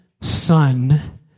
son